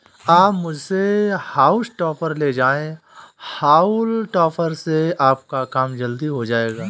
आप मुझसे हॉउल टॉपर ले जाएं हाउल टॉपर से आपका काम जल्दी हो जाएगा